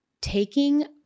taking